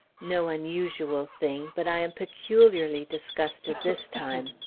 no unusual thing, but i am peculiarly disgusted this time.